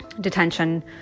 detention